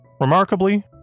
Remarkably